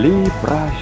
Libra